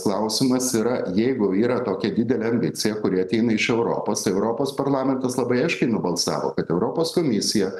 klausimas yra jeigu yra tokia didelė ambicija kuri ateina iš europos europos parlamentas labai aiškiai nubalsavo kad europos komisija